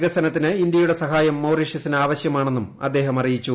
വികസന്ത്തിന് ഇന്ത്യയുടെ സഹായം മൌറീഷ്യസിന് ആവശ്യമാണെന്നും അദ്ദേഹം അറിയിച്ചു